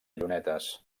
llunetes